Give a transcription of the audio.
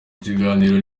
kiganiro